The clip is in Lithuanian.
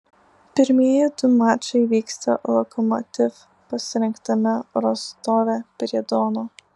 pirmieji du mačai vyksta lokomotiv pasirinktame rostove prie dono